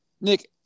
Nick